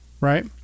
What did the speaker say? right